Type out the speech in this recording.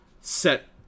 set